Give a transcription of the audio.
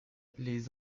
les